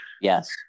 Yes